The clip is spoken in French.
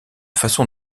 façon